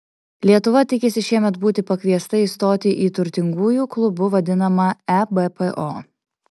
lietuva tikisi šiemet būti pakviesta įstoti į turtingųjų klubu vadinamą ebpo